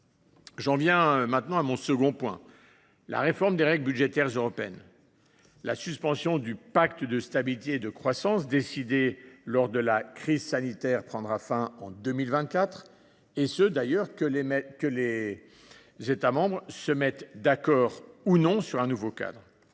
J’en viens à mon second point : la réforme des règles budgétaires européennes. La suspension du pacte de stabilité et de croissance décidée lors de la crise sanitaire prendra fin en 2024, que les États membres se mettent d’accord ou non sur un nouveau cadre.